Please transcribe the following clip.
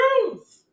truth